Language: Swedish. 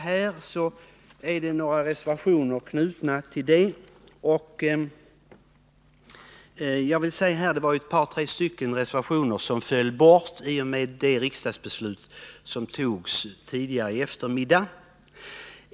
Det finns några reservationer fogade vid utskottsbetänkandet, men ett par av dem föll bort i och med det beslut som fattades här tidigare på eftermiddagen.